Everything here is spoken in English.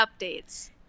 updates